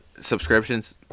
subscriptions